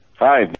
Hi